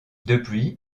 depuis